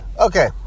okay